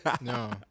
No